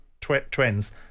trends